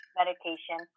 medication